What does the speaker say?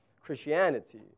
Christianity